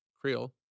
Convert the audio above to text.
Creole